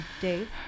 Dave